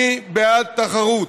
אני בעד תחרות,